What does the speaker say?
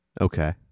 okay